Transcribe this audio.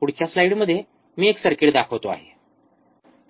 पुढच्या स्लाईडमध्ये मी एक सर्किट दाखवतो आहे